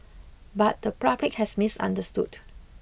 but the public has misunderstood